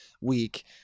week